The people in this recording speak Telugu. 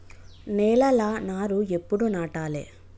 నేలలా నారు ఎప్పుడు నాటాలె?